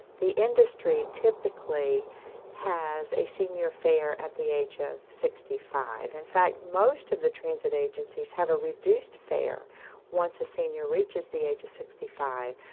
the industry typically has a senior fare at the age of sixty five. in fact, most of the transit agencies have a reduced fare once a senior reaches the age of sixty five,